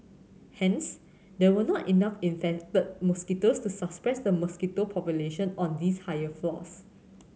hence there were not enough infected mosquitoes to the mosquito population on these higher floors